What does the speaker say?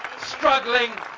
struggling